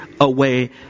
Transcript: away